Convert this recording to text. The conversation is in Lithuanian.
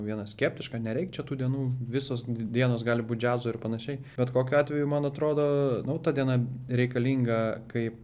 viena skeptiška nereik čia tų dienų visos dienos gali būti džiazo ir panašiai bet kokiu atveju man atrodo ta diena reikalinga kaip